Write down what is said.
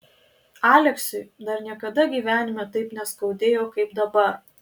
aleksiui dar niekada gyvenime taip neskaudėjo kaip dabar